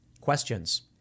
Questions